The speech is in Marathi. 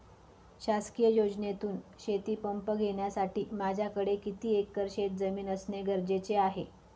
शासकीय योजनेतून शेतीपंप घेण्यासाठी माझ्याकडे किती एकर शेतजमीन असणे गरजेचे आहे?